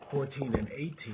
fourteen and eighteen